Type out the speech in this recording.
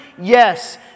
Yes